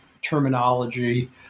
Terminology